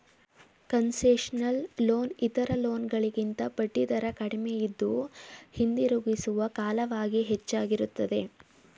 concessional loan ಇತರ loan ಗಳಿಗಿಂತ ಬಡ್ಡಿದರ ಕಡಿಮೆಯಿದ್ದು, ಹಿಂದಿರುಗಿಸುವ ಕಾಲವಾಗಿ ಹೆಚ್ಚಾಗಿರುತ್ತದೆ